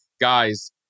guys